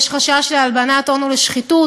יש בה חשש להלבנת הון ולשחיתות,